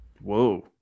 Whoa